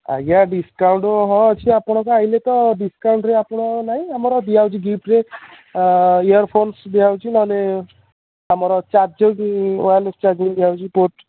ଆଜ୍ଞା ଡିସକାଉଣ୍ଟ ହଁ ଅଛି ଆପଣଙ୍କର ଆସିଲେ ତ ଡିସକାଉଣ୍ଟରେ ଆପଣ ନାଇଁ ଆମର ଦିଆ ହେଉଛି ଗିଫ୍ଟରେ ଇଅର୍ ଫୋନ୍ସ ଦିଆ ହେଉଛି ନହେଲେ ଆମର ଚାର୍ଜର୍ ବି ଚାର୍ଜିଂ ଦିଆହେଉଛି ପୋର୍ଟ୍